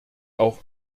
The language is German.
auch